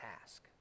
task